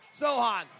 Sohan